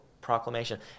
proclamation